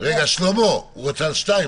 כל מי שרוצה להעיר הערות על הסעיף,